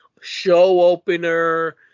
show-opener